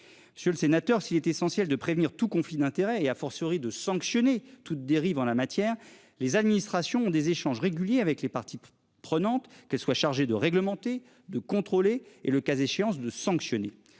Sur le sénateur s'il est essentiel de prévenir tout conflit d'intérêt et a fortiori de sanctionner toute dérive en la matière. Les administrations des échanges réguliers avec les parties prenantes que soit chargée de réglementer, de contrôler et le cas échéance de sanctionner